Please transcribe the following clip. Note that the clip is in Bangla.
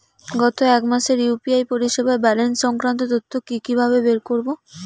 গত এক মাসের ইউ.পি.আই পরিষেবার ব্যালান্স সংক্রান্ত তথ্য কি কিভাবে বের করব?